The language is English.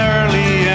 Early